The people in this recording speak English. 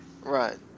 Right